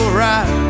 right